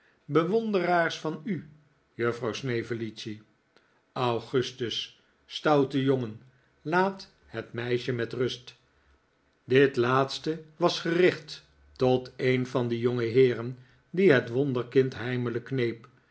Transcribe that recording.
bewonderaars van u juffrouw snevellicci augustus stoute jongen laat het meisje met rust dit laatste was gericht tot een van de jongeheeren die het wonderkind heimelijk kneep